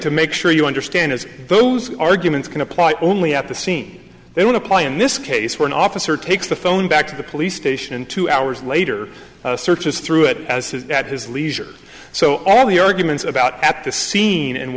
to make sure you understand is those arguments can apply only at the scene they want to play in this case one officer takes the phone back to the police station and two hours later searches through it at his leisure so all the arguments about at the scene and